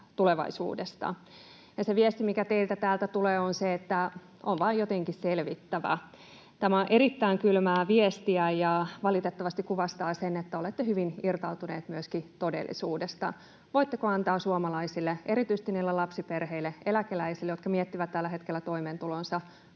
Se viesti, mikä teiltä täältä tulee, on se, että on vaan jotenkin selvittävä. Tämä on erittäin kylmää viestiä ja valitettavasti kuvastaa sitä, että olette hyvin irtautuneet myöskin todellisuudesta. Voitteko antaa suomalaisille, erityisesti niille lapsiperheille ja eläkeläisille, jotka miettivät tällä hetkellä toimeentuloansa,